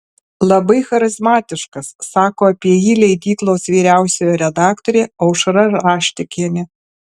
labai charizmatiškas sako apie jį leidyklos vyriausioji redaktorė aušra raštikienė